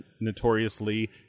notoriously